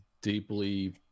deeply